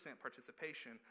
participation